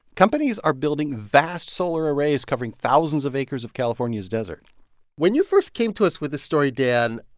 companies are building vast solar arrays covering thousands of acres of california's desert when you first came to us with this story, dan,